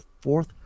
fourth